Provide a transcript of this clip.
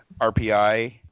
RPI